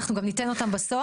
אנחנו גם ניתן אותם בסוף,